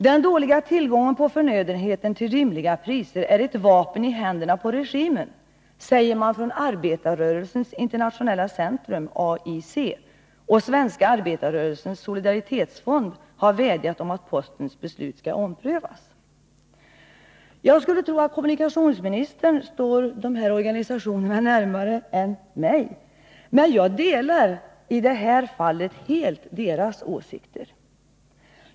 Den dåliga tillgången på förnödenheter till rimliga priser är ett vapen i händerna på regimen, säger man från Arbetarrörelsens internationella centrum, AIC, och Svenska arbetarrörelsens solidaritetsfond har vädjat om att postens beslut skall omprövas. Jag skulle tro, att kommunikationsministern står dessa organisationer närmare än jag, men jag delar helt deras åsikter i det här fallet.